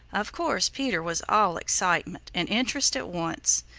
of course peter was all excitement and interest at once.